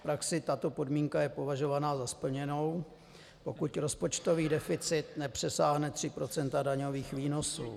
V praxi tato podmínka je považovaná za splněnou, pokud rozpočtový deficit nepřesáhne tři procenta daňových výnosů.